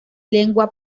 lengua